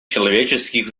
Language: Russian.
человеческих